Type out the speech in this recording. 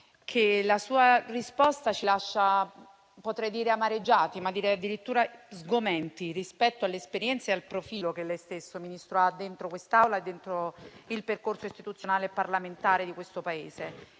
la sua risposta ci lascia amareggiati, ma direi addirittura sgomenti rispetto alle esperienze e al profilo che lei stesso, Ministro, ha all'interno di quest'Aula e del percorso istituzionale e parlamentare di questo Paese.